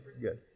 good